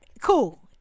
Cool